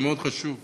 זה מאוד חשוב.